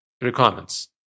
requirements